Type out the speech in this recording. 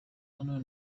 hano